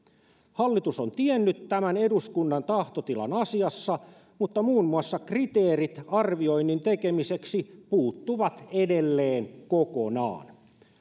hallitus on tiennyt tämän eduskunnan tahtotilan asiassa mutta muun muassa kriteerit arvioinnin tekemiseksi puuttuvat edelleen kokonaan